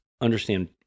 understand